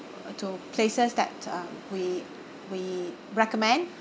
to places that uh we we recommend